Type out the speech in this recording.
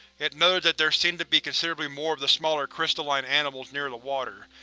it noted that there seemed to be considerably more of the smaller crystalline animals near the water.